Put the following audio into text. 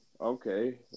Okay